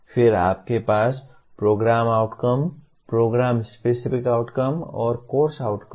फिर आपके पास programme outcome programme specific outcome और कोर्स आउटकम हैं